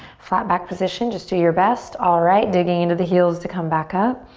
flat back position. just do your best. alright, digging into the heels to come back up.